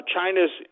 China's